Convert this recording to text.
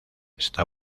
está